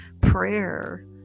prayer